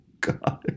God